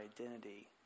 identity